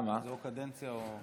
זה או קדנציה או,